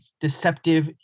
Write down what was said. deceptive